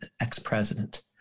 ex-President